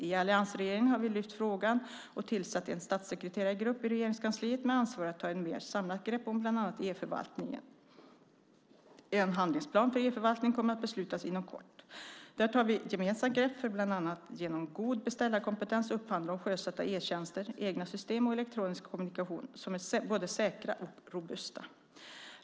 I alliansregeringen har vi lyft upp frågan och tillsatt en statssekreterargrupp i Regeringskansliet med ansvar att ta ett mer samlat grepp om bland annat e-förvaltningen. En handlingsplan för e-förvaltning kommer att beslutas inom kort. Där tar vi gemensamma grepp för att bland annat genom god beställarkompetens upphandla och sjösätta e-tjänster, egna system och elektroniska kommunikationer som är både säkra och robusta.